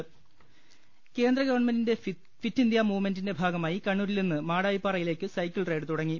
ട കേന്ദ്ര ഗവൺമെന്റിന്റെ ഫിറ്റ് ഇന്ത്യ മൂവ് മെൻറിന്റെ ഭാഗമായി കണ്ണൂരിൽ നിന്ന് മാടായി പാറയിലേക്ക് സൈക്കിൾ റൈഡ് തുടങ്ങി